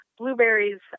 Blueberries